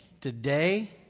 Today